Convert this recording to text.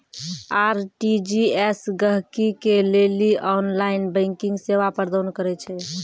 RTGS गहकि के लेली ऑनलाइन बैंकिंग सेवा प्रदान करै छै